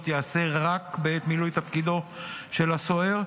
ייעשה רק בעת מילוי תפקידו של הסוהר,